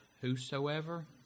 whosoever